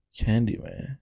Candyman